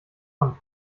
von